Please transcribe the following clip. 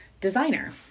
designer